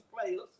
players